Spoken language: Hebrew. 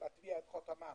להטביע חותמם,